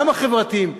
גם החברתיים,